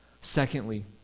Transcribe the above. Secondly